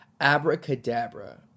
Abracadabra